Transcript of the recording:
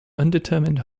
undetermined